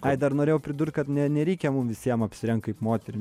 ai dar norėjau pridurt kad ne nereikia mum visiem apsirengt kaip moterim